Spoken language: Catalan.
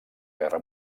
guerra